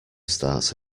starts